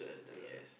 ya